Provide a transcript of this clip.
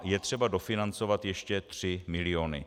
Je třeba dofinancovat ještě 3 miliony.